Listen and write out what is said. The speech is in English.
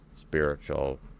spiritual